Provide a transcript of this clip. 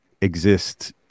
exist